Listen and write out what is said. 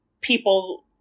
people